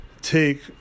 take